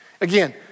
Again